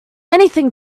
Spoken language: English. anything